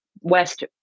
West